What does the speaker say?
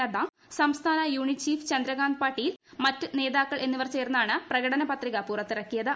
നദ്ദ സംസ്ഥാന unit chief Chandrakant Patil മറ്റ് നേതാക്കൾ എന്നിവർ ചേർന്നാണ് പ്രകടന ്പത്രിക പുറത്തിറക്കിയത്